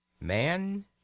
man